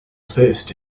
first